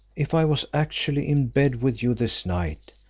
if i was actually in bed with you this night,